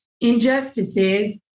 injustices